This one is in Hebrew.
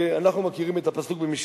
אנחנו מכירים את הפסוק במשלי: